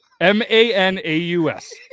M-A-N-A-U-S